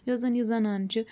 یۄس زن یہِ زنان چھِ